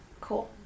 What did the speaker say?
Cool